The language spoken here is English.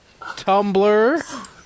Tumblr